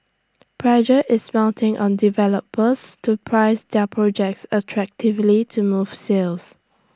pressure is mounting on developers to price their projects attractively to move sales